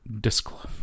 disclosure